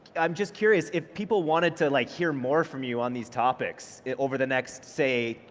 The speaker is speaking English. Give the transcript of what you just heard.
i'm just curious, if people wanted to like hear more from you on these topics over the next say,